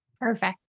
Perfect